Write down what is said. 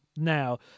now